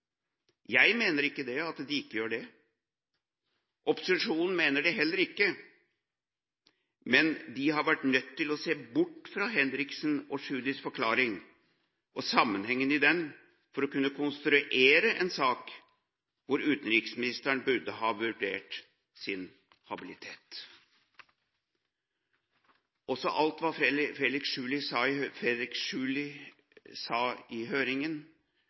Jeg mener ikke at de ikke gjør det. Opposisjonen mener det heller ikke, men de har vært nødt til å se bort fra Henriksens og Tschudis forklaringer og sammenhengen i disse for å kunne konstruere en sak hvor utenriksministeren burde ha vurdert sin habilitet. Også alt hva Felix Tschudi sa i høringen,